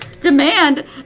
demand